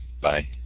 Bye